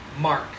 mark